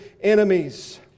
enemies